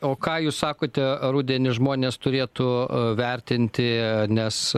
o ką jūs sakote rudenį žmonės turėtų vertinti nes